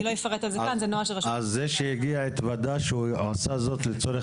זה שהגיע התוודה שהוא עשה זאת לצורך